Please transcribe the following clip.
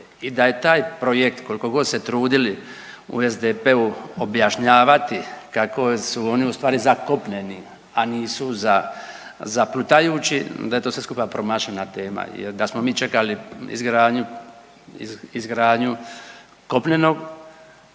i da je taj projekt koliko god se trudili u SDP-u objašnjavati kako su oni ustvari za kopneni, a nisu za plutajući, da je to sve skupa promašena tema, da smo mi čekali izgradnju kopnenog,